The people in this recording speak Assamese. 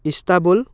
ইষ্টানবুল